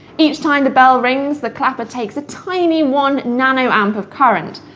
each time the bell rings, the clapper takes a tiny one nanoamp of current,